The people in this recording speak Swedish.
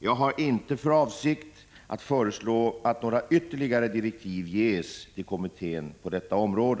Jag har inte för avsikt att föreslå att några ytterligare direktiv ges till kommittén på detta område.